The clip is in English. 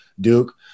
Duke